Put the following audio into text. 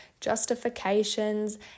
justifications